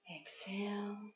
exhale